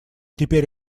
теперь